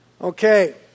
Okay